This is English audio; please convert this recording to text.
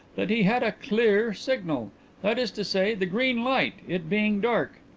that he had a clear signal that is to say, the green light, it being dark.